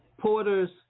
porter's